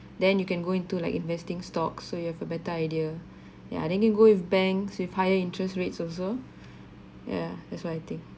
then you can go into like investing stocks so you have a better idea yeah then you can go with banks with higher interest rates also ya that's what I think